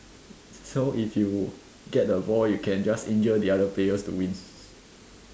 so if you get the ball you can just injure the other players to win